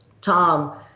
tom